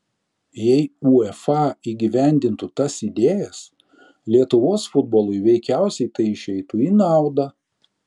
jei uefa įgyvendintų tas idėjas lietuvos futbolui veikiausia tai išeitų į naudą